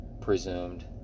presumed